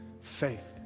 Faith